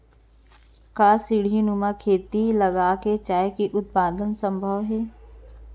का सीढ़ीनुमा खेती लगा के चाय के उत्पादन सम्भव हे?